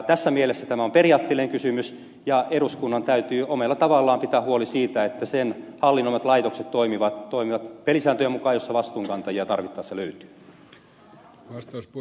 tässä mielessä tämä on periaatteellinen kysymys ja eduskunnan täytyy omalla tavallaan pitää huoli siitä että sen hallinnoimat laitokset toimivat pelisääntöjen mukaan jossa vastuunkantajia tarvittaessa löytyy